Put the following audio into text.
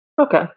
Okay